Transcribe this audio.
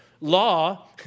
Law